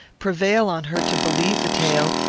prevail on her to believe the tale,